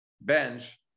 bench